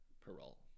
parole